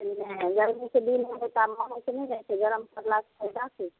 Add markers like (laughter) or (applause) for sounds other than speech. नहि गरमीके दिन (unintelligible) गरम करला से फैदा छै